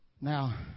Now